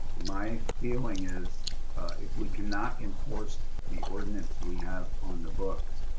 my feeling is if we cannot enforce the ordinance we have on the books,